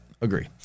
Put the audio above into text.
Agree